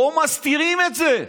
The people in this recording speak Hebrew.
פה מסתירים את זה.